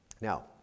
Now